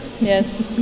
Yes